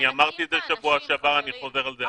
אני אמרתי את זה בשבוע שעבר ואני חוזר על זה השבוע.